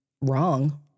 wrong